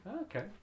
Okay